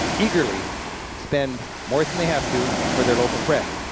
eagerly spend more than they have to for their loaf of bread,